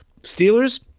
Steelers